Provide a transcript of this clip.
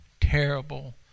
terrible